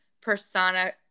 persona